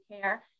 care